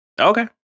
okay